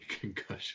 Concussion